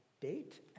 date